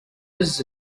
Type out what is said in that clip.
poses